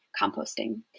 composting